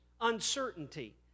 uncertainty